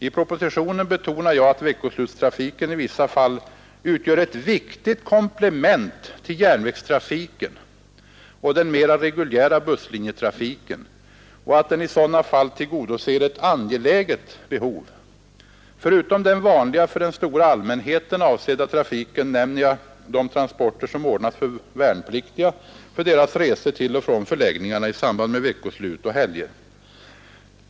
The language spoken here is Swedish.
I propositionen betonar jag att veckoslutstrafiken i vissa fall utgör ett viktigt komplement till järnvägstrafiken och den mera reguljära busslinjetrafiken och att den i sådana fall tillgodoser ett angeläget behov. Förutom den vanliga, för den stora allmänheten avsedda trafiken nämner jag de transporter som ordnas för de värnpliktiga för deras resor till och från förläggningarna i samband med veckoslut och helger.